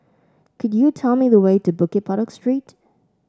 could you tell me the way to Bukit Batok Street